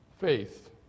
faith